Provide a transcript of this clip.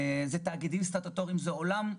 תאגידים סטטוטוריים ועוד.